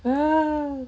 ah